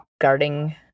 guarding